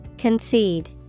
Concede